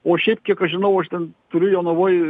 o šiaip kiek aš žinau aš ten turiu jonavoj